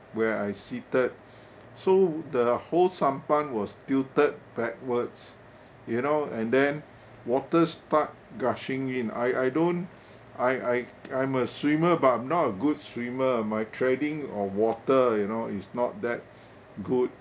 where I seated so the whole sampan was tilted backwards you know and then water start gushing in I I don't I I I'm a swimmer but I'm not a good swimmer my treading on water you know is not that good